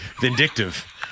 vindictive